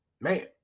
Man